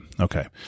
Okay